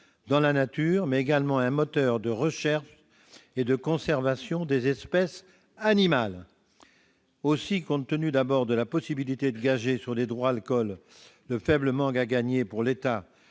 dans la nature, mais également des moteurs de recherche et de conservation des espèces animales. Aussi, compte tenu, d'abord, de la possibilité de gager sur les droits sur les alcools le faible manque à gagner pour l'État